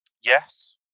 Yes